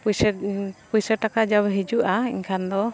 ᱯᱚᱭᱥᱟ ᱯᱚᱭᱥᱟ ᱴᱟᱠᱟ ᱡᱟᱵᱽ ᱦᱤᱡᱩᱜᱼᱟ ᱮᱱᱠᱷᱟᱱ ᱫᱚ